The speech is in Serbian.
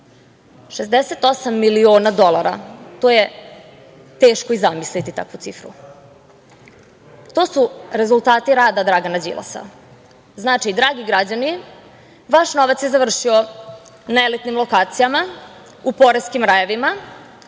68 miliona dolara. To je teško i zamisliti takvu cifru od 68 miliona dolara. To su rezultati rada Dragana Đilasa. Znači, dragi građani, vaš novac je završio ne elitnim lokacijama, u poreskim rajevima,